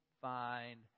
find